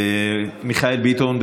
חבר הכנסת מיכאל ביטון,